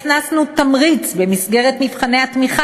הכנסנו תמריץ במסגרת מבחני התמיכה